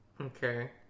Okay